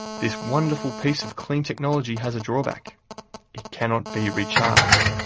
this wonderful piece of clean technology has a drawback it cannot be recharged.